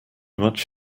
much